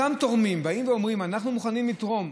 אותם תורמים באים ואומרים: אנחנו מוכנים לתרום,